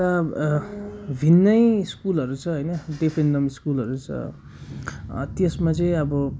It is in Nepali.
भिन्नै स्कुलहरू छ होइन डेफ एन्ड डम स्कुलहरू छ त्यसमा चाहिँ अब